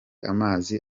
amazi